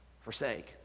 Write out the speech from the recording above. Forsake